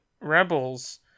Rebels